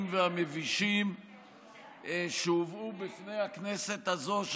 והמבישים שהובאו בפני הכנסת הזאת,